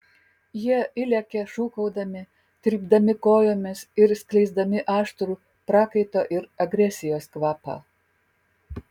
jie įlekia šūkaudami trypdami kojomis ir skleisdami aštrų prakaito ir agresijos kvapą